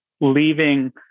leaving